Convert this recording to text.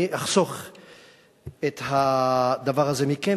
ואני אחסוך את הדבר הזה מכם.